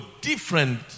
different